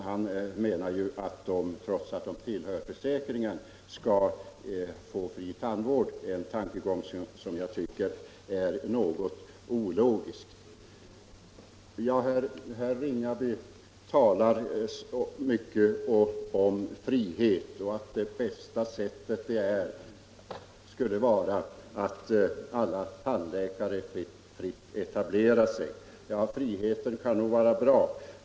Han menar ju att de, trots att de tillhör försäkringen, skall få fri tandvård, en tankegång som jag tycker är något ologisk. Herr Ringaby talar mycket om frihet och säger att det bästa sättet skulle vara att alla tandläkare fick fritt etablera sig. Ja, friheten kan nog vara bra.